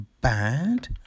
bad